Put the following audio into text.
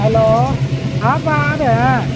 hello آپ آ رہے ہیں